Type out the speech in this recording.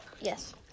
Yes